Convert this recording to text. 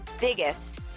biggest